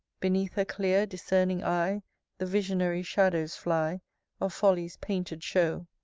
beneath her clear discerning eye the visionary shadows fly of folly's painted show.